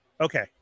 Okay